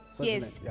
Yes